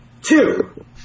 Two